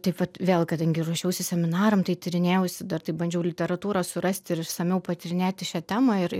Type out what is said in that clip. taip vat vėl kadangi ruošiausi seminaram tai tyrinėjausi dar taip bandžiau literatūrą surasti ir išsamiau patyrinėti šią temą ir